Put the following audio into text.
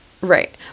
right